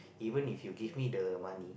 even if you give me the money